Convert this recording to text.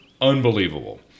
unbelievable